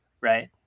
right